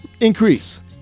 increase